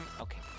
Okay